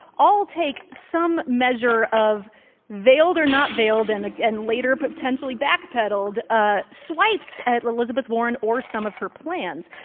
all take some measure of veiled or not veiled and, and later, potentially backpedaled ah swipes at elizabeth warren or some of her plans.